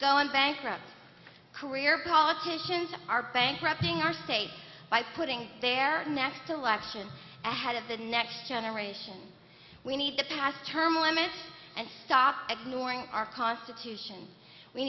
going bankrupt career politicians are bankrupting our state by putting their next election ahead of the next generation we need to pass term limits and stop ignoring our constitution we